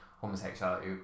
homosexuality